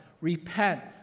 Repent